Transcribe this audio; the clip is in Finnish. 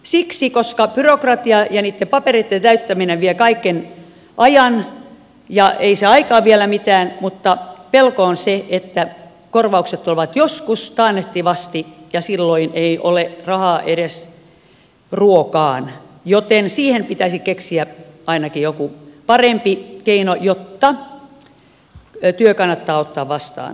siksi koska byrokratia ja niitten papereitten täyttäminen vie kaiken ajan ja ei se aika vielä mitään mutta pelko on se että korvaukset tulevat joskus taannehtivasti ja silloin ei ole rahaa edes ruokaan joten siihen pitäisi keksiä ainakin joku parempi keino jotta työ kannattaa ottaa vastaan